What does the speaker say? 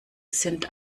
sind